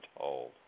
told